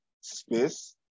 space